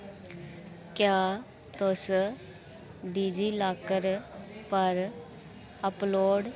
क्या तुस डिजीलाकर पर अपलोड